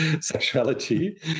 sexuality